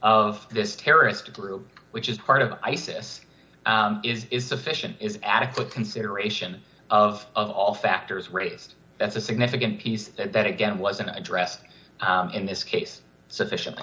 of this terrorist group which is part of isis is is sufficient is adequate consideration of all factors raised that's a significant piece that again wasn't addressed in this case sufficiently